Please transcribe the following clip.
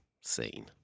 scene